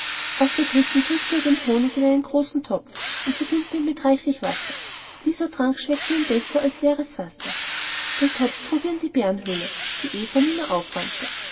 aus der dritten drückte er den honig in einen großen topf und verdünnte ihn reichlich mit wasser dieser trank schmeckte ihm besser als leeres wasser den topf trug er in die bärenhöhle die eva nie mehr aufräumte